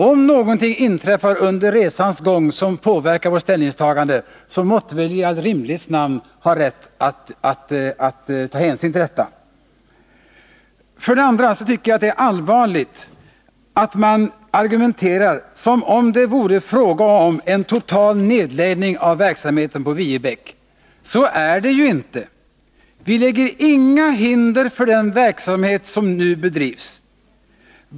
Om någonting inträffar under resans gång som påverkar vårt ställningstagande, så måtte vi väl i all rimlighets namn ha rätt att ta hänsyn till det. För det andra tycker jag att det är allvarligt att man reagerar som om det vore fråga om en total nedläggning av verksamheten på Viebäck. Så är det ju inte. Vi lägger inga hinder för den verksamhet som nu bedrivs där.